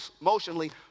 emotionally